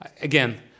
Again